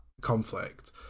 conflict